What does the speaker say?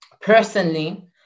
personally